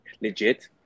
legit